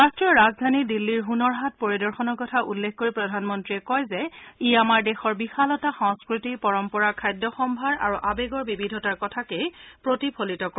ৰাট্টীয় ৰাজধানী দিল্লীৰ হুনৰ হাট পৰিদৰ্শনৰ কথা উল্লেখ কৰি প্ৰধানমন্তীয়ে কয় যে ই আমাৰ দেশৰ বিশালতা সংস্কৃতি পৰম্পৰা খাদ্যসভাৰ আৰু আৱেগৰ বিবিধতাৰ কথাকে প্ৰতিফলিত কৰে